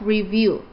Review